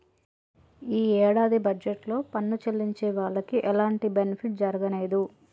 యీ యేడాది బడ్జెట్ లో పన్ను చెల్లించే వాళ్లకి ఎలాంటి బెనిఫిట్ జరగనేదు